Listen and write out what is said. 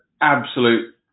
absolute